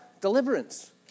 deliverance